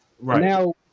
now